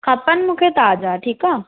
खपेनि मूंखे ताज़ा ठीकु आहे